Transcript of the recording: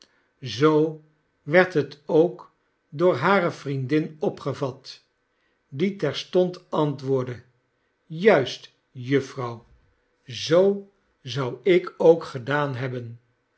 zoo werd het ook door hare vriendin opgevat die terstond antwoordde juist jufvrouw zoo zou ik ook gedaan hebben